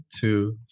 two